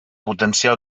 potenciar